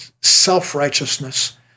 self-righteousness